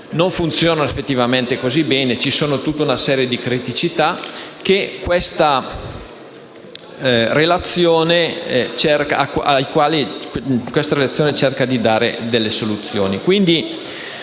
non funzionano effettivamente così bene. C'è tutta una serie di criticità alle quali questa relazione cerca di dare delle soluzioni.